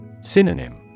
Synonym